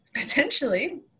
Potentially